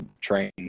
train